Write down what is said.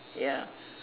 ya